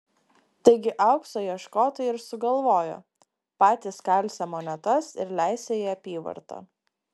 taigi aukso ieškotojai ir sugalvojo patys kalsią monetas ir leisią į apyvartą